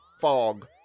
fog